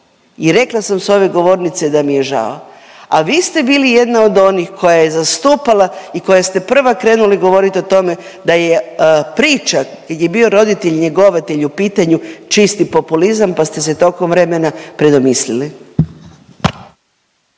I rekla sam s ove govornice da mi je žao, a vi ste bili jedna od onih koja je zastupala i koja ste prva krenuli govorit o tome da je priča gdje je bio roditelj njegovatelj u pitanju, čisti populizam, pa ste se tokom vremena predomislili.